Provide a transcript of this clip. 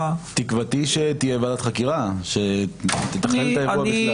--- תקוותי היא שתהיה ועדת חקירה שתתכלל את האירוע בכלל.